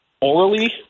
orally